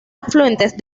afluentes